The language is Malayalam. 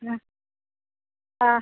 ആ ആ